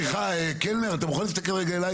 סליחה, חה"כ קלנר אתה מוכן להסתכל רגע אלי?